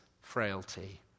frailty